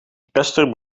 esther